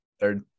Third